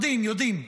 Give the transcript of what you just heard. יודעים, יודעים.